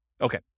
okay